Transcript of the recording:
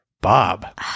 Bob